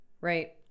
Right